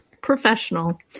professional